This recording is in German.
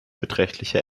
beträchtliche